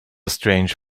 strange